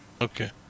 Okay